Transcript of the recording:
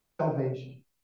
salvation